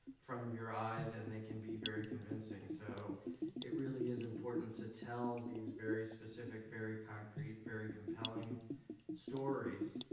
front of your eyes, and they can be very convincing, so it really is important to tell these very specific, very concrete, very compelling stories,